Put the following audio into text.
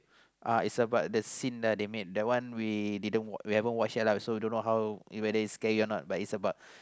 uh is about the sin lah they make that one we didn't we haven't watch yet lah so don't know how if whether scary or not but is about